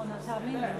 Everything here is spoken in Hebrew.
בבקשה.